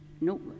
no